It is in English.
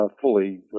fully